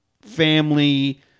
family